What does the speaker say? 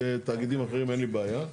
תאגידים אחרים אין לי בעיה,